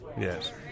Yes